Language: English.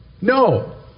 no